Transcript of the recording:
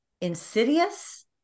insidious